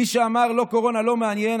מי שאמר "לא קורונה, לא מעניין".